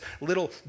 little